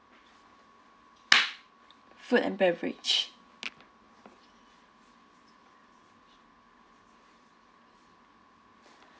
food and beverage